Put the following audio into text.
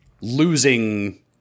losing